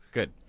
Good